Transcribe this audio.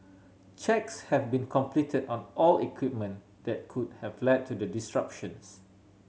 checks have been completed on all equipment that could have led to the disruptions